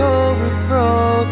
overthrow